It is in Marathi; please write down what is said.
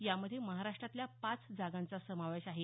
यामध्ये महाराष्ट्रातल्या पाच जागांचा समावेश आहे